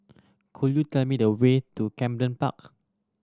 could you tell me the way to Camden Park